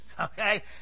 Okay